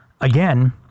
again